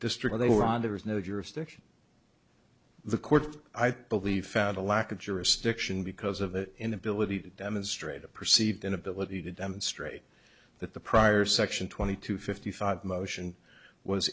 district they were on there was no jurisdiction the courts i think believe found a lack of jurisdiction because of the inability to demonstrate a perceived inability to demonstrate that the prior section twenty two fifty five motion was